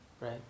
right